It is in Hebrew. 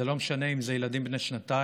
זה לא משנה אם אלה ילדים בני שנתיים,